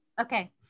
Okay